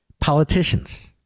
Politicians